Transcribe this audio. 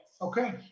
Okay